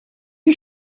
you